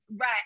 Right